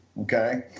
Okay